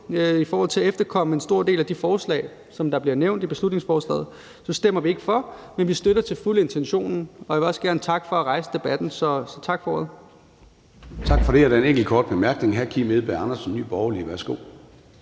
i forhold til at efterkomme en stor del af de forslag, som bliver nævnt i beslutningsforslaget, stemmer vi ikke for, men vi støtter til fulde intentionen, og jeg vil også gerne takker for at rejse debatten. Tak for ordet. Kl. 14:25 Formanden (Søren Gade): Tak for det, og der er en enkelt kort bemærkning. Hr. Kim Edberg Andersen, Nye Borgerlige. Værsgo.